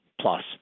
Plus